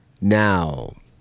Now